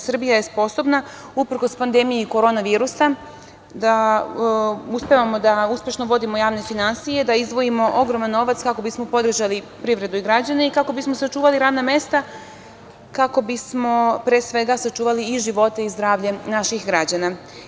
Srbija je sposobna i uprkos pandemiji korona virusa uspevamo da uspešno vodimo javne finansije, da izdvojimo ogroman novac kako bismo podržali privredu i građane i kako bismo sačuvali radna mesta, kako bismo sačuvali i živote i zdravlje naših građana.